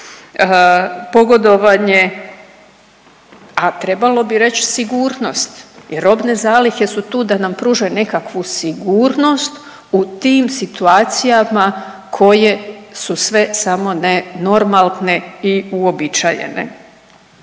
pogodovanje, a trebalo bi reći sigurnost jer robne zalihe su tu da nam pruže nekakvu sigurnost u tim situacijama koje su sve samo ne normalne i uobičajene.